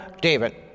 David